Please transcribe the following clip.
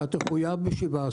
אתה תחויב ב-17%.